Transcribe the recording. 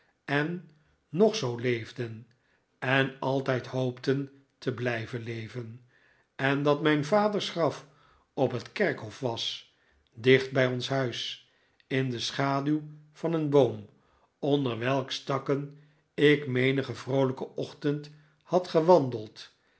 en nog zoo leefden en altijd hoopten te blijven leven en dat mijn vaders graf op het kerkhof was dicht bij ons huis in de schaduw van een boom onder welks takken ik menigen vroolijken ochtend had gewandeld